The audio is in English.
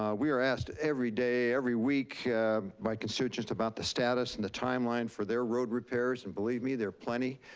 ah we are asked everyday, every week by constituents about that status and the timeline for their road repairs. and believe me, there are plenty.